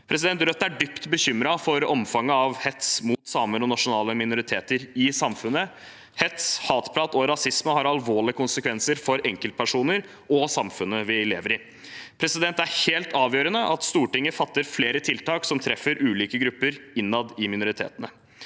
gruppene. Rødt er dypt bekymret for omfanget av hets mot samer og nasjonale minoriteter i samfunnet. Hets, hatprat og rasisme har alvorlige konsekvenser for enkeltpersoner og samfunnet vi lever i. Det er helt avgjørende at Stortinget fatter vedtak om flere tiltak som treffer ulike grupper innad i minoritetene.